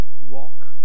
walk